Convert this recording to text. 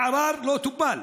הערר לא טופל,